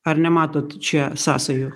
ar nematot čia sąsajų